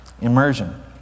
Immersion